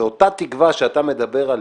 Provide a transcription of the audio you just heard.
ואותה תקווה שאתה מדבר עליה,